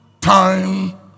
time